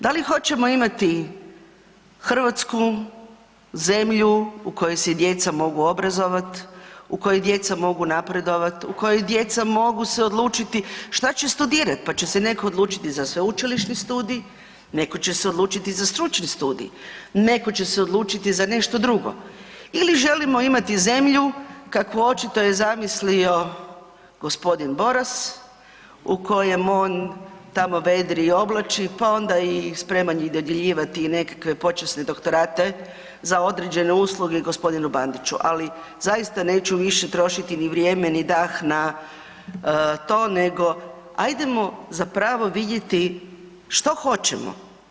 Da li hoćemo imati Hrvatsku, zemlju u kojoj se djeca mogu obrazovati, u kojoj djeca mogu napredovati, u kojoj djeca mogu se odlučiti što će studirati, pa će se netko odlučiti za sveučilišni studij, netko će se odlučiti za stručni studij, netko će se odlučiti za nešto drugo ili želimo imati zemlju kakvu očito je zamislio g. Boras u kojem on tamo vedri i oblači pa onda i spreman i dodjeljivati i nekakve počasne doktorate za određene usluge g. Bandiću, ali zaista neću više trošiti ni vrijeme ni dah na to nego ajdemo zapravo vidjeti što hoćemo.